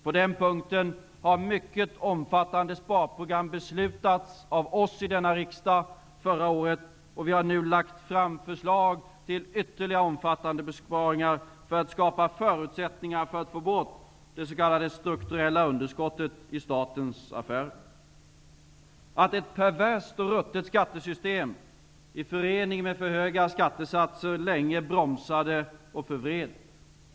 På den punkten har mycket omfattande sparprogram beslutats i denna riksdag förra året. Vi har nu lagt fram förslag till ytterligare omfattande besparingar för att skapa förutsättningar för att få bort det s.k. strukturella budgetunderskottet i statens affärer. Att ett perverst och ruttet skattesystem i förening med för höga skattesatser länge bromsade och förvred.